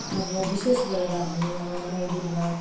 अब विशेष गरेर हामी अब नौ दुर्गा